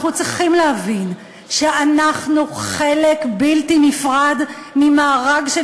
אנחנו צריכים להבין שאנחנו חלק בלתי נפרד ממארג של